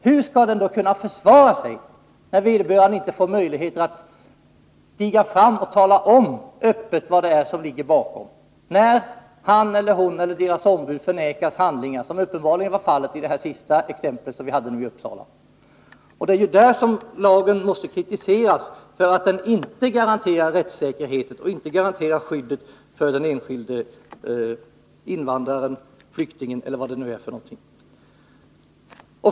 Hur skall vederbörande kunna försvara sig när han eller hon inte får möjlighet att stiga fram och öppet tala om vad det är som ligger bakom, när vederbörande själv och hans eller hennes ombud förvägras tillgång till handlingar — så var uppenbarligen fallet nu senast i Uppsala? På den punkten måste lagen kritiseras. Den garanterar inte rättssäkerheten och skyddet för den enskilde invandraren eller flyktingen.